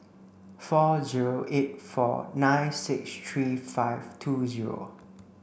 four zero eight four nine six three five two zero